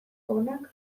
onak